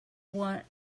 want